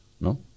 no